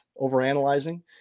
overanalyzing